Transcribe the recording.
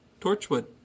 Torchwood